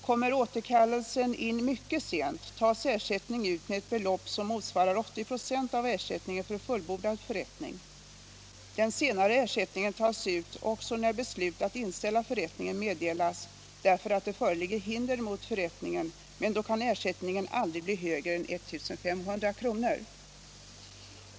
Kommer återkallelsen in mycket sent, tas ersättning ut med ett belopp som motsvarar 80 96 av ersättningen för fullbordad förrättning. Den senare ersättningen tas ut också när beslut att inställa förrättningen meddelas därför att det föreligger hinder mot förrättningen, men då kan ersättningen aldrig bli högre än 1 500 kr.